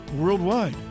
worldwide